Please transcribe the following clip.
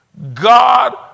God